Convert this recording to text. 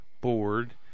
board